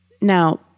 Now